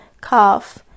cough